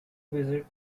visit